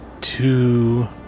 two